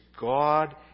God